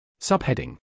Subheading